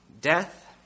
death